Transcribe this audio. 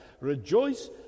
Rejoice